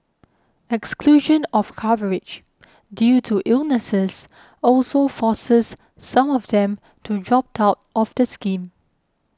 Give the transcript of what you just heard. exclusion of coverage due to illnesses also forces some of them to dropped out of the scheme